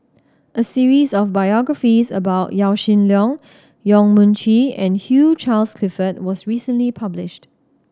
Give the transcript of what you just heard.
a series of biographies about Yaw Shin Leong Yong Mun Chee and Hugh Charles Clifford was recently published